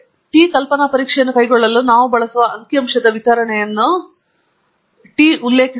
T ಕಲ್ಪನಾ ಪರೀಕ್ಷೆಯನ್ನು ಕೈಗೊಳ್ಳಲು ನಾವು ಬಳಸುವ ಅಂಕಿಅಂಶದ ವಿತರಣೆಯನ್ನು ಟಿ ಉಲ್ಲೇಖಿಸುತ್ತದೆ